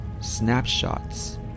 snapshots